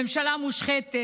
ממשלה מושחתת,